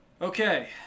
okay